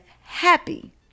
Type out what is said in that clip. happy